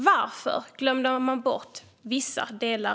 Varför glömde man bort vissa delar?